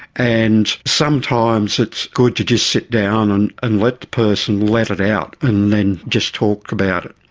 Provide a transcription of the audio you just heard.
and sometimes it's good to just sit down and and let the person let it out and then just talk about it.